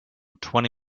twenty